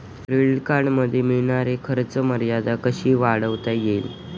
Credit कार्डमध्ये मिळणारी खर्च मर्यादा कशी वाढवता येईल?